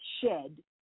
shed